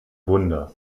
wunder